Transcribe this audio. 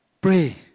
Pray